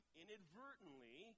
inadvertently